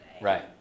Right